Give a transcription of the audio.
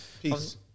peace